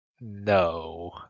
No